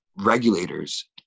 regulators